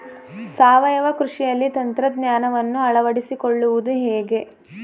ಸಾವಯವ ಕೃಷಿಯಲ್ಲಿ ತಂತ್ರಜ್ಞಾನವನ್ನು ಅಳವಡಿಸಿಕೊಳ್ಳುವುದು ಹೇಗೆ?